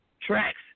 tracks